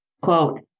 Quote